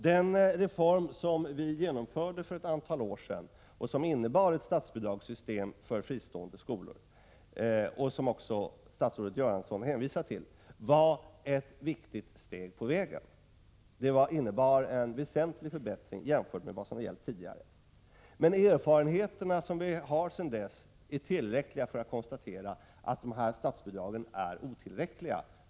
Den reform som vi genomförde för ett antal år sedan och som innebar ett statsbidragssystem till fristående skolor — statsrådet Göransson hänvisar till denna reform — var ett viktigt steg på vägen. Den innebär en väsentlig förbättring jämfört med vad som gällt tidigare. Men erfarenheterna sedan dess är tillräckliga för att man skall kunna konstatera att statsbidragen är otillräckliga.